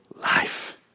life